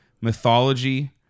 mythology